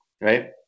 right